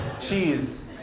cheese